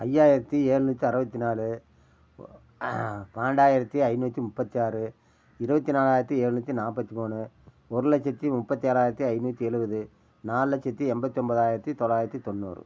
ஐயாயிரத்தி எழு நூற்றி அறுபத்தி நாலு பன்னெண்டாயிரத்தி ஐநூற்றி முப்பத்தி ஆறு இருபத்தி நாலாயிரத்தி எழு நூற்றி நாற்பத்தி மூணு ஒரு லட்சத்தி முப்பத்தி ஆறாயிரத்தி ஐநூற்றி எழுபது நாலு லட்சத்தி எண்பத்தி ஒம்பதாயிரத்தி தொள்ளாயிரத்தி தொண்ணூறு